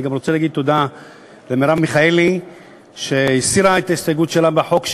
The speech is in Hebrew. אני גם רוצה להגיד תודה למרב מיכאלי שהסירה את ההסתייגות שלה לחוק.